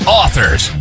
authors